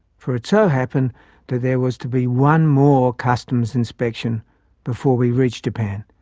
for it so happened that there was to be one more customs inspection before we reached japan.